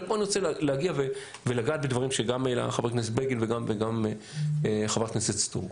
פה אני רוצה לגעת בדברים שהעלו חבר הכנסת בגין וגם חברת הכנסת סטרוק,